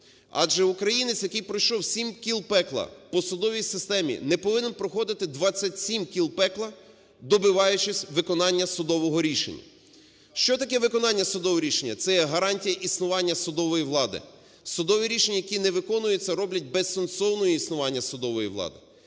Адже українець, який пройшов 7 кіл пекла по судовій системі, не повинен проходити 27 кіл пекла, добиваючись виконання судового рішення. Що таке виконання судового рішення? Це є гарантія існування судової влади. Судові рішення які не виконуються, роблять безсенсовною існування судової влади.